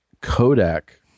Kodak